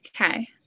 Okay